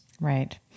Right